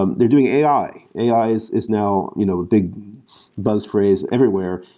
um they're doing ai. ai is is now you know a big buzz phrase everywhere.